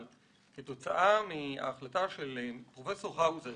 שההחלטה של פרופסור האוזר